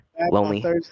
Lonely